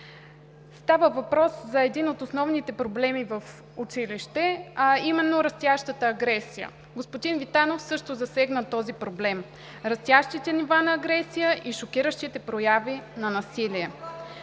Става въпрос за един от основните проблеми в училище, а именно растящата агресия. Господин Витанов също засегна този проблем: растящите нива на агресия и шокиращите прояви на насилие.